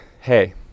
hey